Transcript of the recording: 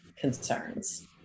concerns